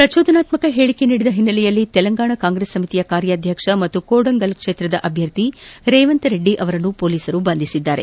ಪ್ರಚೋದನಾಕಾರಿ ಹೇಳಿಕೆ ನೀಡಿದ ಹಿನ್ನೆಲೆಯಲ್ಲಿ ತೆಲಂಗಾಣ ಕಾಂಗ್ರೆಸ್ ಸಮಿತಿಯ ಕಾರ್ಯಾಧ್ಯಕ್ಷ ಹಾಗೂ ಕೋಡಂಗಲ್ ಕ್ಷೇತ್ರದ ಅಭ್ಯರ್ಥಿ ರೇವಂತ್ ರೆಡ್ಡಿ ಅವರನ್ನು ಪೊಲೀಸರು ಬಂಧಿಸಿದ್ದಾರೆ